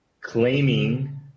claiming